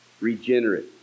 regenerate